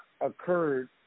occurred